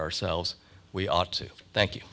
ourselves we ought to thank you